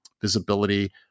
visibility